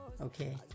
Okay